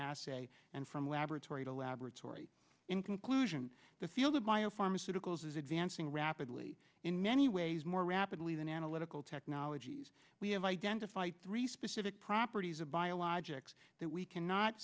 ask and from laboratory to laboratory in conclusion the field of bio pharmaceuticals is advancing rapidly in many ways more rapidly than analytical technologies we have identified three specific properties of biologics that we cannot